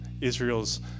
Israel's